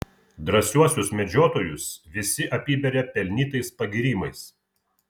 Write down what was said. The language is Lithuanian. drąsiuosius medžiotojus visi apiberia pelnytais pagyrimais